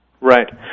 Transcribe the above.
Right